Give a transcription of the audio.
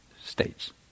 states